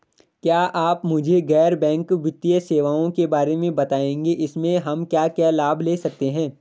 क्या आप मुझे गैर बैंक वित्तीय सेवाओं के बारे में बताएँगे इसमें हम क्या क्या लाभ ले सकते हैं?